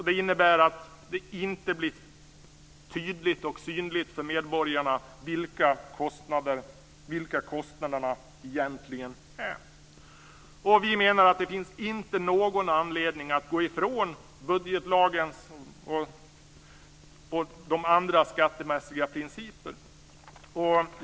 Det innebär att det inte blir tydligt och synligt för medborgarna vilka kostnaderna egentligen är. Vi menar att det inte finns någon anledning att gå ifrån budgetlagen och de andra skattemässiga principerna.